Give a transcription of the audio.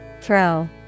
Throw